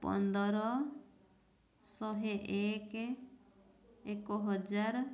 ପନ୍ଦର ଶହେ ଏକ ଏକ ହଜାର